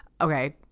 okay